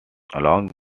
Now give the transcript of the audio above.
along